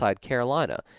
Carolina